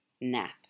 nap